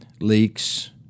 leaks